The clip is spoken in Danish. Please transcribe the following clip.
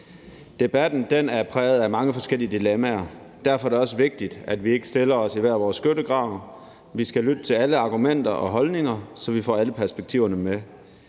Debatten er præget af mange forskellige dilemmaer. Derfor er det også vigtigt, at vi ikke stiller os i hver vores skyttegrav. Vi skal lytte til alle argumenter og holdninger, så vi får alle perspektiverne med.